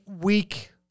week